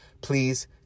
please